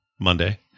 Monday